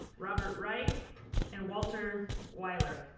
robert wright and walter wilier.